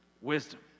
wisdom